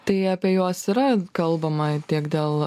tai apie juos yra kalbama tiek dėl